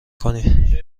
کنی